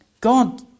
God